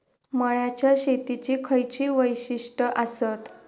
मळ्याच्या शेतीची खयची वैशिष्ठ आसत?